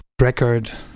record